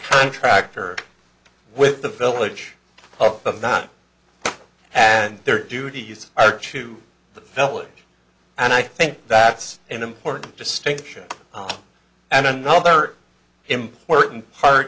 contractor with the village but not and their duties are to the village and i think that's an important distinction and another important part